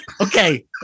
Okay